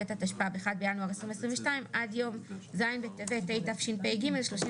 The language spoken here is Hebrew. התשפ"ב (1 בינואר 2022) עד יום ז' בטבת התשפ"ג (31